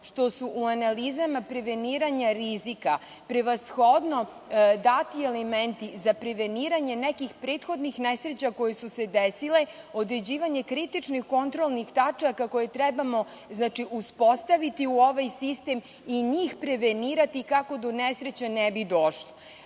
što su u analizama preveniranja rizika prevashodno dati elementi za preveniranje nekih prethodnih nesreća koje su se desile, određivanje kritičnih kontrolnih tačaka koje trebamo uspostaviti u ovaj sistem i njih prevenirati kako do nesreće ne bi